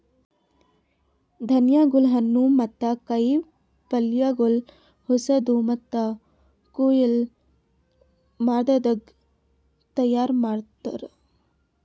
ಧಾನ್ಯಗೊಳ್, ಹಣ್ಣು ಮತ್ತ ಕಾಯಿ ಪಲ್ಯಗೊಳ್ ಹೊಸಾದು ಮತ್ತ ಕೊಯ್ಲು ಮಾಡದಾಗ್ ತೈಯಾರ್ ಮಾಡ್ತಾರ್